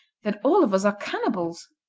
then all of us are cannibals.